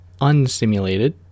unsimulated